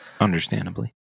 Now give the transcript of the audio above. Understandably